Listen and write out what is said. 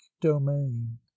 domain